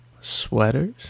sweaters